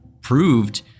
proved